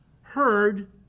heard